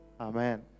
Amen